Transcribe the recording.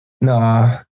no